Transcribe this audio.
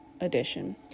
edition